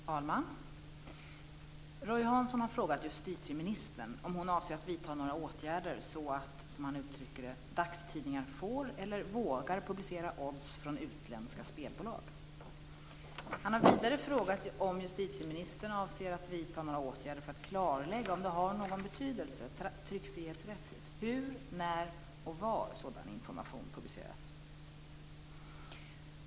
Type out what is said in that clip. Fru talman! Roy Hansson har frågat justitieministern om hon avser att vidta några åtgärder så att, som han uttrycker det, dagstidningar får eller vågar publicera odds från utländska spelbolag. Han har vidare frågat om justitieministern avser att vidta några åtgärder för att klarlägga om det har någon betydelse tryckfrihetsrättsligt hur, när och var sådan information publiceras.